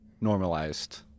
normalized